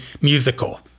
musical